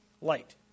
light